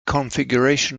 configuration